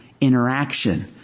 interaction